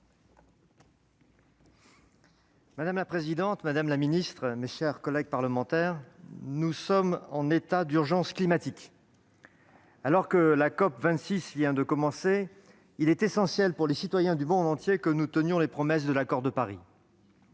Madame la présidente, madame la secrétaire d'État, mes chers collègues, nous sommes en état d'urgence climatique. Alors que la COP26 vient de commencer, il est essentiel pour les citoyens du monde entier que nous tenions les promesses de l'accord de Paris.